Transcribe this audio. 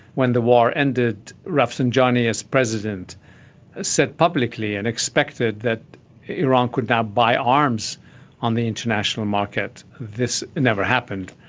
when the war ended, rafsanjani as president said publicly and expected that iran could now buy arms on the international market. this never happened.